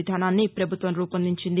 విధానాన్ని పభుత్వం రూపొందించింది